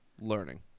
learning